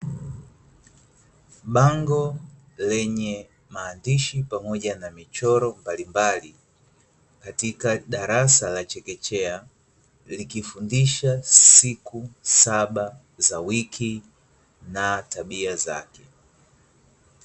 Bango lenye maandishi pamoja na michoro mbalimbali, katika darasa la chekechea, likifundisha siku saba za wiki na tabia zake.